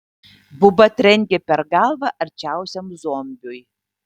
buba trenkė per galvą arčiausiam zombiui